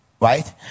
Right